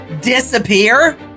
disappear